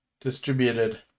distributed